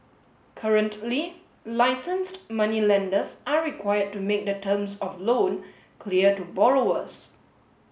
currently licenced moneylenders are required to make the terms of loan clear to borrowers